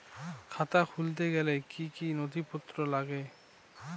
খাতা খুলতে গেলে কি কি নথিপত্র লাগে?